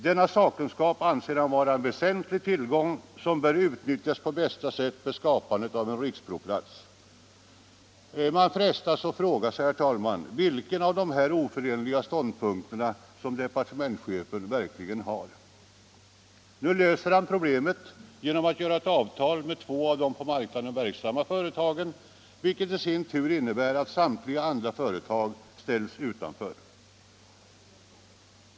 Denna sakkunskap anser departementschefen vara en väsentlig tillgång som bör utnyttjas på bästa sätt vid skapande av riksprovplats. Man frestas fråga sig, herr talman, vilken av de här . oförenliga ståndpunkterna som departementschefen verkligen har. Nu löser han problemet genom att göra ett avtal med två av de på marknaden verksamma företagen, vilket i sin tur innebär att samtliga andra företag ställs utanför avtalet.